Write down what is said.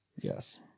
Yes